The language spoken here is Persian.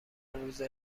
روزه